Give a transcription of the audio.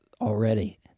already